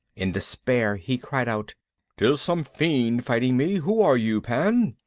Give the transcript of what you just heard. in despair he cried out tis some fiend fighting me! who are you, pan?